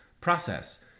process